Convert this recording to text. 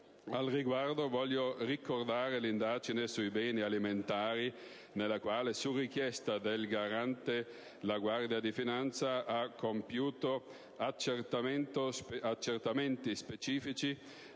Al riguardo, voglio ricordare l'indagine sui beni alimentari nella quale, su richiesta del Garante, la Guardia di finanza ha compiuto accertamenti specifici